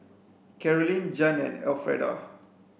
Carolyne Jann and Elfreda